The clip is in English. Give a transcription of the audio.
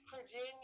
virginia